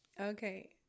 Okay